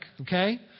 okay